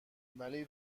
ولی